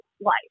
life